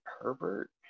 Herbert